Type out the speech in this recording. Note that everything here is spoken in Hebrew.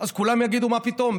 אז כולם יגידו: מה פתאום?